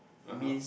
(uh huh)